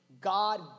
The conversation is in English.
God